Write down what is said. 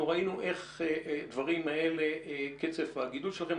אנחנו ראינו איך הדברים האלה, מה קצב הגידול שלהם.